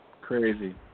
Crazy